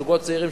זוגות צעירים,